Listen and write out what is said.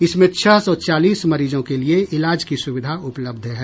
इसमें छह सौ चालीस मरीजों के लिये इलाज की सुविधा उपलब्ध है